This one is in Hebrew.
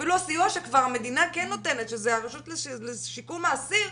אפילו הסיוע שהמדינה כן נותנת שזה הרשות לשיקום האסיר,